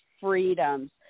freedoms